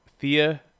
Thea